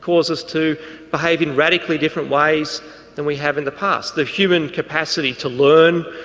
cause us to behave in radically different ways than we have in the past. the human capacity to learn,